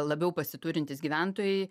labiau pasiturintys gyventojai